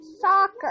soccer